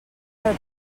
del